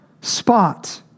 spot